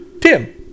Tim